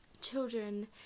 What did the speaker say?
children